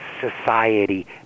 society